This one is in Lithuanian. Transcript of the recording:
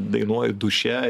dainuoju duše